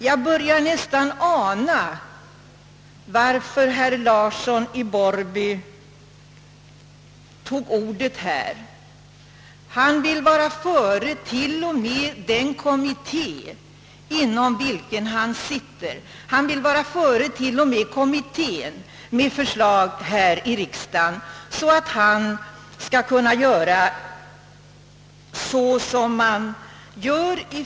Jag börjar nästan ana varför herr Larsson i Borrby begärde ordet i detta ärende: han vill komma före t.o.m. den kommitté, av vilken han är ledamot, så att han kan säga att han tagit upp frågan först.